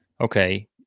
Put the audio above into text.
okay